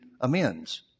amends